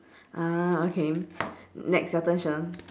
ah okay next your turn sher